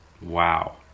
Wow